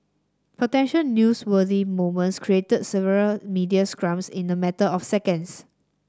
potential newsworthy moments created several media scrums in a matter of seconds